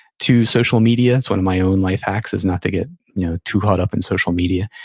to social media. it's one of my own life hacks, is not to get you know too caught up in social media.